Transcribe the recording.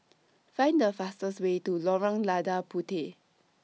Find The fastest Way to Lorong Lada Puteh